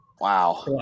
Wow